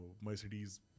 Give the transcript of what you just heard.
Mercedes